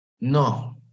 No